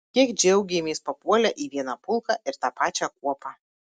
kiek džiaugėmės papuolę į vieną pulką ir tą pačią kuopą